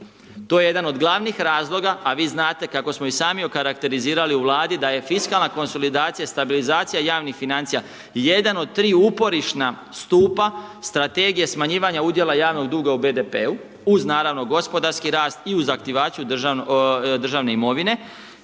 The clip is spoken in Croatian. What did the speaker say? To je jedan od glavnih razloga, a vi znate kako smo i sami okarakterizirali u Vladi da je fiskalna konsolidacija, stabilizacija javnih financija jedan od tri uporišna stupa Strategije smanjivanja udjela javnog duga u BDP-u uz naravno gospodarski rast i uz aktivaciju državne imovine.